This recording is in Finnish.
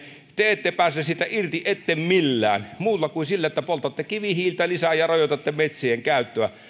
te ette pääse siitä irti ette millään muulla kuin sillä että poltatte kivihiiltä lisää ja rajoitatte metsien käyttöä